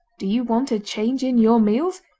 do you want a change in your meals?